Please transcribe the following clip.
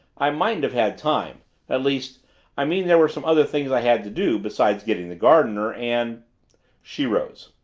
i mightn't have had time at least i mean there were some other things i had to do, besides getting the gardener and she rose.